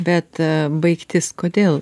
bet baigtis kodėl